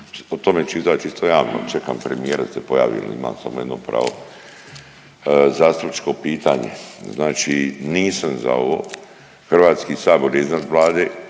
O tome ću izaći isto javno, čekam premijera da se pojavi jel imam samo jedno pravo, zastupničko pitanje. Znači nisam za ovo, HS je iznad Vlade,